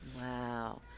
Wow